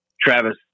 Travis